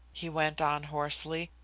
he went on hoarsely.